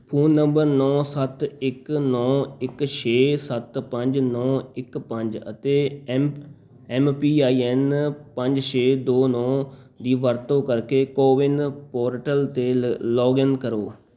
phone number ਨੌ ਸੱਤ ਇੱਕ ਨੌ ਇੱਕ ਛੇ ਸੱਤ ਪੰਜ ਨੌ ਇੱਕ ਪੰਜ ਅਤੇ M M P I N ਪੰਜ ਛੇ ਦੋ ਨੌ ਦੀ ਵਰਤੋਂ ਕਰਕੇ ਕੋਵਿਨ ਪੋਰਟਲ 'ਤੇ ਲੌਗਇਨ ਕਰੋ